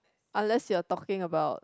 unless you are talking about